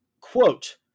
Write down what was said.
quote